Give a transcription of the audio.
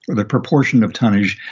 the proportion of tonnage,